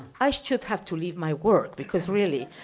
i should have to leave my work, because, really,